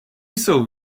jsou